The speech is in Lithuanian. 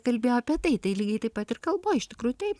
kalbėjo apie tai tai lygiai taip pat ir kalboj iš tikrųjų taip